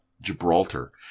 Gibraltar